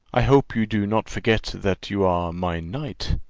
i hope you do not forget that you are my knight.